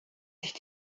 sich